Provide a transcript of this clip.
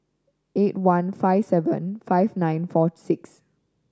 eight one five seven five nine four six